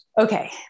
okay